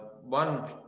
One